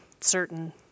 certain